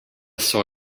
saw